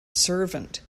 servant